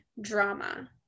drama